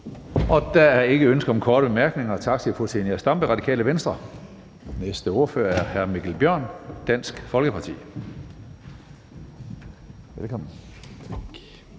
Der er ikke ønske om korte bemærkninger. Tak til fru Zenia Stampe, Radikale Venstre. Næste ordfører er hr. Mikkel Bjørn, Dansk Folkeparti.